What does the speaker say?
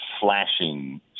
flashing